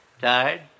Tired